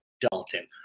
Dalton